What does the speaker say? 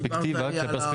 למשק